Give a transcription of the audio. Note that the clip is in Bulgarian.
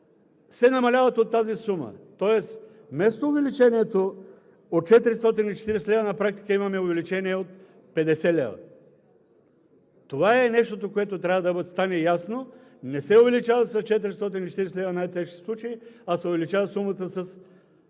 се намаляват от тази сума, тоест вместо увеличението от 440 лв., на практика имаме увеличение от 50 лв. Това е нещото, което трябва да стане ясно – не се увеличават с 440 лв. най-тежките случаи, а сумата се